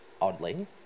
oddly